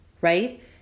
right